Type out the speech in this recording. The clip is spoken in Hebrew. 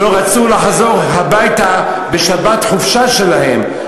לא רצו לחזור הביתה בשבת החופשה שלהם.